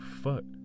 foot